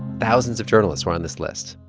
thousands of journalists were on this list,